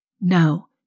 No